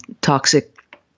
toxic